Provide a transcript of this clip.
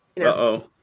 Uh-oh